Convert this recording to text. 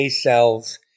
cells